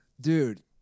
dude